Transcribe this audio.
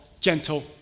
gentle